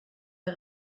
der